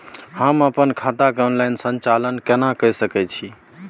हम अपन खाता के ऑनलाइन संचालन केना के सकै छी?